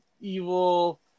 Evil